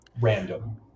random